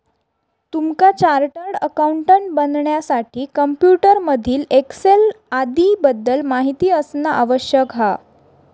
तुमका chartered accountant बनण्यासाठी computer मधील एक्सेल आदीं बद्दल माहिती असना आवश्यक हा